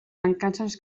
mancances